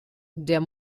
der